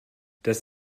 das